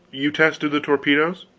you tested the torpedoes?